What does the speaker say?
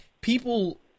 people